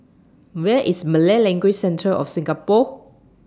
Where IS Malay Language Centre of Singapore